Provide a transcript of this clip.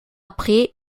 après